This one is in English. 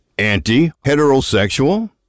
Anti-heterosexual